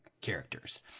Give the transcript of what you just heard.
characters